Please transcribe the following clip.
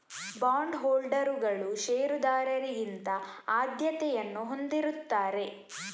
bond ಹೋಲ್ಡರುಗಳು ಷೇರುದಾರರಿಗಿಂತ ಆದ್ಯತೆಯನ್ನು ಹೊಂದಿರುತ್ತಾರೆ